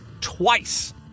twice